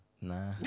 nah